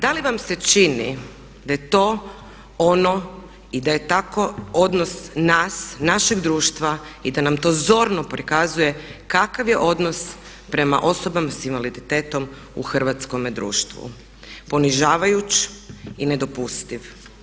Da li vam se čini da je to ono i da je tako odnos nas, našeg društva i da nam to zorno prikazuje kakav je odnos prema osobama s invaliditetom u hrvatskome društvu, ponižavajući i nedopustiv.